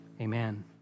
amen